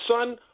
son